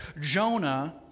Jonah